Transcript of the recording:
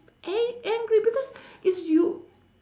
a~ angry because is you